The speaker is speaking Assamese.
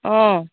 অঁ